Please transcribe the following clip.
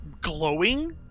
glowing